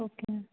okay ma'am